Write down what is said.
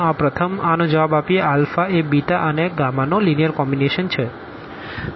આ પ્રથમ આનો જવાબ આપીએ એ અને નો લીનીઅર કોમ્બીનેશન છે